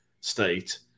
State